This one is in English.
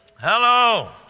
Hello